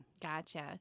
Gotcha